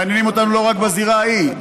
מעניינים אותנו לא רק בזירה ההיא,